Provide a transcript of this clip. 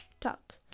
talk